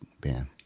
band